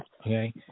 okay